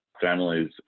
families